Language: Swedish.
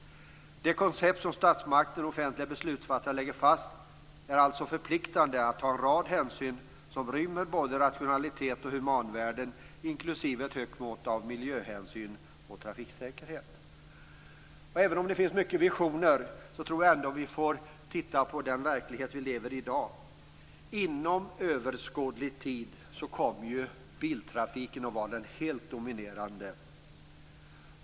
Det koncept som statsmakt och offentliga beslutsfattare lägger fast är alltså förpliktade att ta en rad hänsyn som rymmer både rationalitet och humanvärden inklusive ett stort mått av miljöhänsyn och trafiksäkerhet. Även om det finns mycket visioner tror jag att vi får titta på den verklighet vi i dag lever i. Inom överskådlig tid kommer biltrafiken att vara helt dominerande.